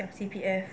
讲 C_P_F